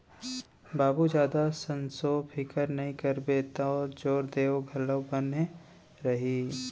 बाबू जादा संसो फिकर नइ करबे तौ जोर देंव घलौ बने रही